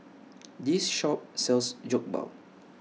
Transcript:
This Shop sells Jokbal